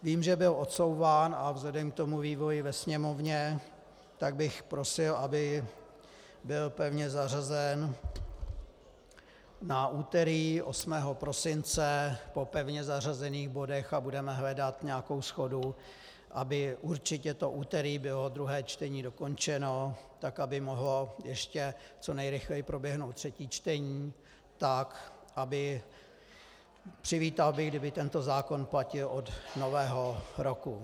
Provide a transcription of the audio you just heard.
Vím, že byl odsouván, a vzhledem k tomu vývoji ve Sněmovně tak bych prosil, aby byl pevně zařazen na úterý 8. prosince po pevně zařazených bodech, a budeme hledat nějakou shodu, aby určitě to úterý bylo druhé čtení dokončeno, tak aby mohlo ještě co nejrychleji proběhnout třetí čtení, tak aby přivítal bych, kdyby tento zákon platil od Nového roku.